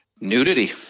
Nudity